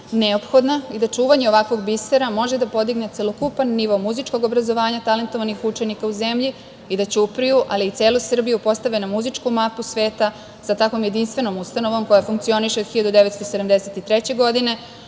neophodna i da čuvanje ovakvog bisera može da podigne celokupan nivo muzičkog obrazovanja talentovanih učenika u zemlji i da Ćupriju, ali i celu Srbiju postave na muzičku mapu sveta sa takvom jedinstvenom ustanovom koja funkcioniše od 1973. godine,